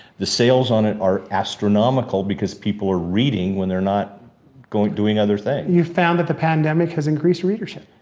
the sales on it are astronomical because people are reading when they're not going, doing other things. you've found that the pandemic has increased readership.